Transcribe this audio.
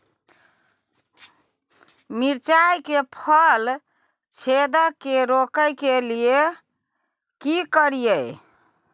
मिर्चाय मे फल छेदक के रोकय के लिये की करियै?